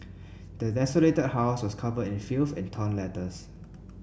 the desolated house was covered in filth and torn letters